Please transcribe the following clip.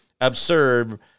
absurd